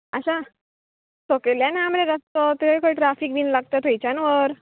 आसा सकयल्यान हा मरे रस्तो थंय ट्राफीक बीन लागता थंयच्यान व्हर